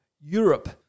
Europe